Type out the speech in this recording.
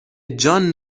جان